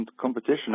competition